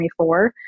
2024